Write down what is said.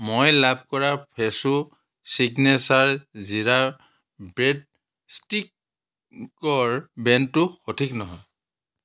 মই লাভ কৰা ফ্ৰেছো চিগ্নেচাৰ জীৰা ব্ৰেড ষ্টিকৰ ব্ৰেনটো সঠিক নহয়